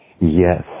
Yes